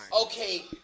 Okay